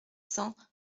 cents